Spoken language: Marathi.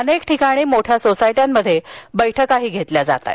अनेक ठिकाणी मोठ्या सोसायट्यांमध्ये बैठका घेतल्या जात आहेत